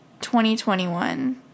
2021